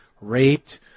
raped